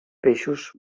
peixos